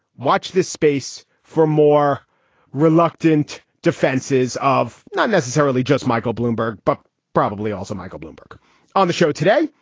watch this space for more reluctant defenses of not necessarily just michael bloomberg, but probably also michael bloomberg on the show today.